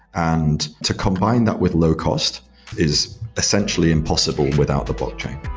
and to combine that with low-cost is essentially impossible without the blockchain.